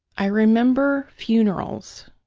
i remember funerals